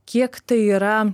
kiek tai yra